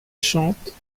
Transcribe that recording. chante